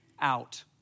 out